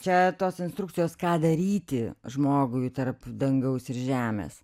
čia tos instrukcijos ką daryti žmogui tarp dangaus ir žemės